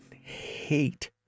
hate